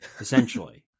Essentially